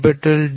Dbc dbc